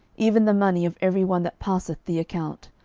even the money of every one that passeth the account,